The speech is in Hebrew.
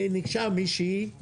ניגשה מישהי,